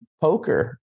poker